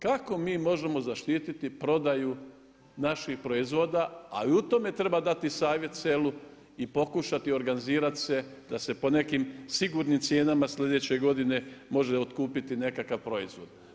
Kako mi možemo zaštiti prodaju naših proizvoda, a i tome treba dati savjet selu i pokušati organizirati se da se po nekim sigurnim cijenama sljedeće godine može otkupiti nekakav proizvod.